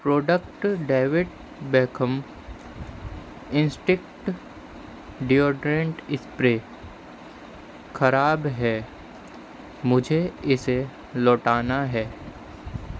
product David Beckham instinct deodorant spray خراب ہے مجھے اسے لوٹانا ہے